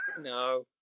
No